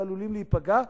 הם עלולים להיפגע,